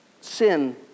sin